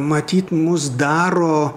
matyt mus daro